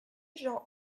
jean